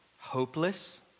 hopeless